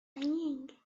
saying